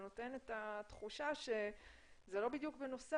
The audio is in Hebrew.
אותי זה נותן את התחושה שזה לא בדיוק בנוסף.